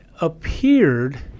appeared